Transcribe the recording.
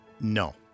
No